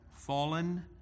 fallen